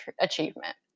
achievement